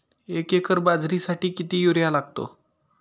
एक एकर बाजरीसाठी किती युरिया लागतो?